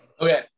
Okay